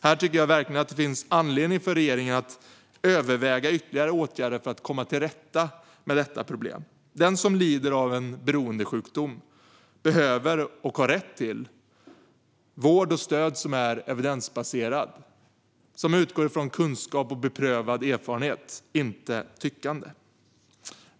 Här tycker jag verkligen att det finns anledning för regeringen att överväga ytterligare åtgärder för att komma till rätta med detta problem. Den som lider av en beroendesjukdom behöver, och har rätt till, vård och stöd som är evidensbaserad. Det ska vara vård som utgår från kunskap och beprövad erfarenhet - inte från tyckande.